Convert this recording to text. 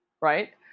right